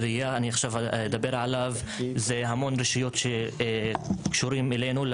ירייה אני עכשיו אדבר עליו והמון רשויות שקשורות אלינו,